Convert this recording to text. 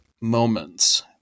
moments